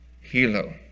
Hilo